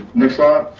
next slide.